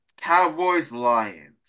Cowboys-Lions